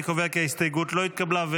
אני קובע כי ההסתייגות לא התקבלה.